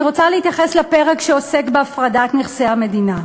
אני רוצה להתייחס לפרק שעוסק בהפרדת נכסי המדינה.